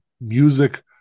music